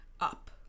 up